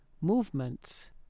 movements